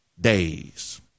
days